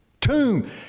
Tomb